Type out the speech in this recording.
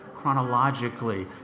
chronologically